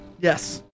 Yes